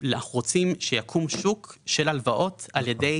אנחנו רוצים שיקום שוק של הלוואות על ידי